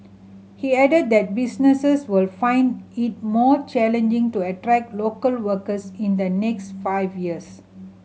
he added that businesses will find it more challenging to attract local workers in the next five years